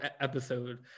episode